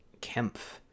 Kempf